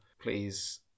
Please